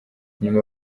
nyuma